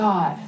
God